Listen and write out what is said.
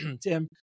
Tim